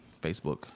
Facebook